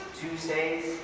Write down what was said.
Tuesdays